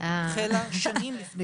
החלה שנים לפני,